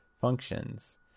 functions